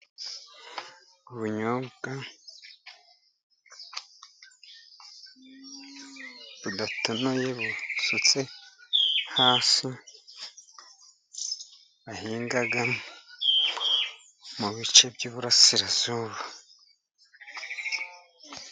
ubunyobwa budatonoye, busutse hasi, bahinga mu bice by'ububurasirazuba.